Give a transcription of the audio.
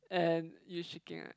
and you shaking ah